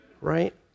right